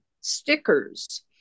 stickers